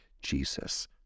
Jesus